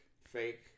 fake